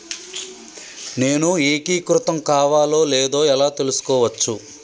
నేను ఏకీకృతం కావాలో లేదో ఎలా తెలుసుకోవచ్చు?